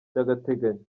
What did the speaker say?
by’agateganyo